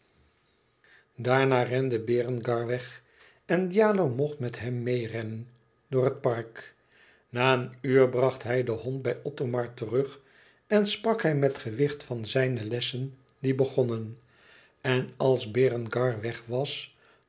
daarna rende berengar weg en djalo mocht met hem meêrennen door het park na een uur bracht hij den hond bij othomar terug en sprak hij met gewicht van zijne lessen die begonnen en als berengar weg was